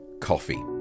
coffee